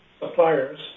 suppliers